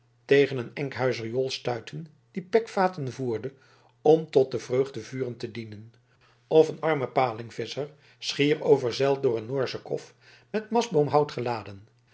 tegen een enkhuizer jol stuiten die pekvaten voerde om tot de vreugdevuren te dienen of een armen palingvisscher schier overzeild door een noorsche kof met mastboomhout geladen